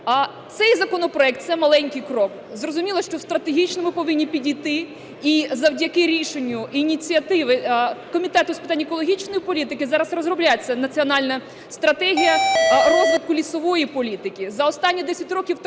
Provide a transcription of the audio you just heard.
Цей законопроект – це маленький крок. Зрозуміло, що стратегічно ми повинні підійти, і завдяки рішенню і ініціативі Комітету з питань екологічної політики зараз розробляється національна стратегія розвитку лісової політики.